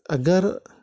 اگر